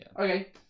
Okay